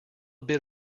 bit